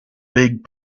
big